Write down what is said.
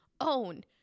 own